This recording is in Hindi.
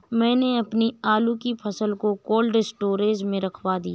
मैंने अपनी आलू की फसल को कोल्ड स्टोरेज में रखवा दिया